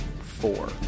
four